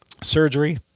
surgery